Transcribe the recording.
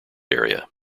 area